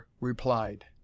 replied